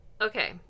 Okay